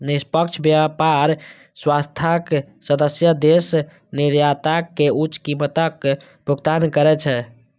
निष्पक्ष व्यापार व्यवस्थाक सदस्य देश निर्यातक कें उच्च कीमतक भुगतान करै छै